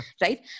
right